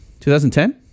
2010